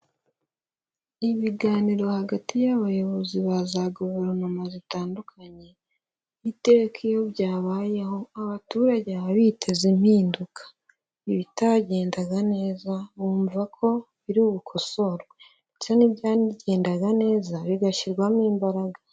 Ibiganiro hagati y'abayobozi ba za guverinoma zitandukanye, iteka iyo byabayeho abaturage baba biteza impinduka, ibitagendaga neza bumva ko biri bukosorwe ndetse n'ibyagendaga neza bigashyirwamo imbaraga.